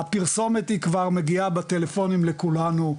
הפרסומת היא כבר מגיעה בטלפונים לכולנו,